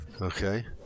Okay